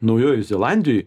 naujojoj zelandijoj